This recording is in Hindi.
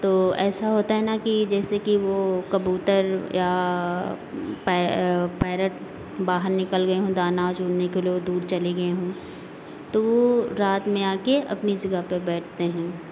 तो ऐसा होता है ना कि जैसे कि वो कबूतर या पै पैरट बाहर निकल गए हों दाना चुनने के लिए ओ दूर चले गए हों तो रात में आके अपनी जगह पे बैठते हैं